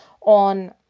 on